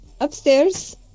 upstairs